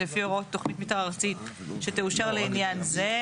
לפי הוראות תכנית מתאר ארצית שתאושר לעניין זה,